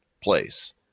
place